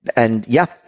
and yeah,